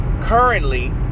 currently